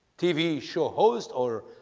tv show host or